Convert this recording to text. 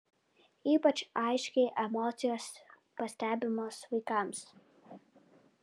ypač aiškiai emocijos pastebimos vaikams